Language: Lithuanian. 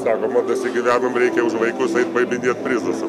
sako vat dasigyvenom reikia už vaikus eit paiminėt prizus